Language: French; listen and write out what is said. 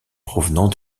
provenant